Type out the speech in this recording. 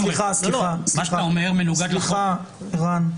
סליחה, רן.